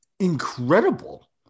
incredible